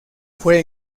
fue